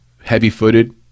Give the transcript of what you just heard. Heavy-footed